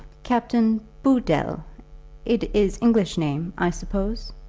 captain bood-dle it is english name, i suppose?